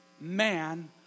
man